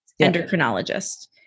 endocrinologist